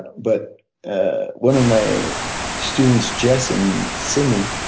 but ah one of my students jess in sydney,